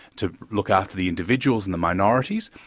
to look after the individuals and the minorities,